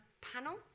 panel